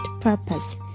purpose